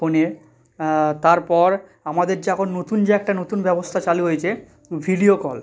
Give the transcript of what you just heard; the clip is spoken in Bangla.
ফোনে তারপর আমাদের যে এখন নতুন যে একটা নতুন ব্যবস্থা চালু হয়েছে ভিডিও কল